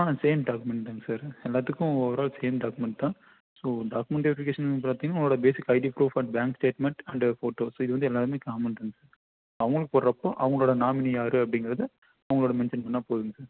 ஆ same டாக்குமெண்ட்டுதாங்க sir எல்லாத்துக்கும் overall same documents தான் ஸோ டாக்குமெண்ட் வெரிஃபிகேஷன் பார்த்திங்கனா உங்களோட basic ID proof and bank statement and photos so இதுவந்து எல்லாமே காமன் தான்ங்க சார் அவங்களுக்கு போடுகிறப்போ அவங்களோட நாமினி யார் அப்படிங்கிறத அவங்களோட மென்ஷன் பண்ணால் போதும்ங்க சார்